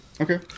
Okay